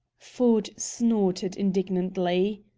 ford snorted indignantly.